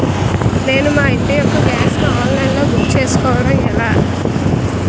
నేను మా ఇంటి యెక్క గ్యాస్ ను ఆన్లైన్ లో బుక్ చేసుకోవడం ఎలా?